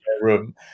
room